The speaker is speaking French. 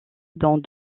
dont